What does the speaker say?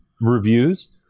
reviews